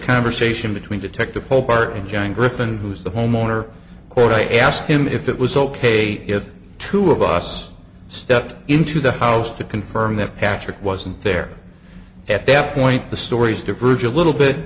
conversation between detective hope part and john griffin who is the homeowner quote i asked him if it was ok if two of us stepped into the house to confirm that patrick wasn't there at that point the stories diverge a little bit